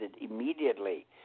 immediately